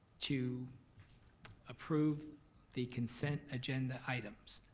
to approve the consent agenda items?